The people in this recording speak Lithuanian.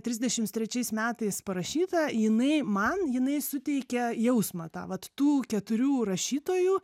trisdešimts trečiais metais parašyta jinai man jinai suteikia jausmą tą vat tų keturių rašytojų